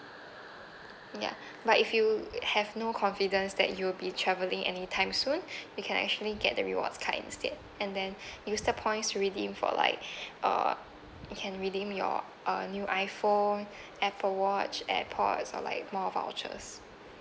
ya but if you have no confidence that you'll be travelling any time soon you can actually get the rewards card instead and then use the points to redeem for like err you can redeem your uh new iPhone Apple watch AirPod or like more vouchers